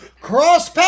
cross